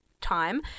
time